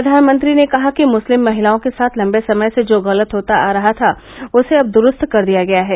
प्रधानमंत्री ने कहा कि मुस्लिम महिलाओं के साथ लंबे समय से जो गलत होता आ रहा था उसे अब द्रूस्त कर दिया गया है